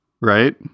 Right